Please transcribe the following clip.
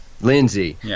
Lindsay